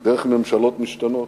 דרך ממשלות משתנות.